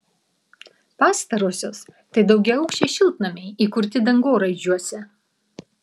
pastarosios tai daugiaaukščiai šiltnamiai įkurti dangoraižiuose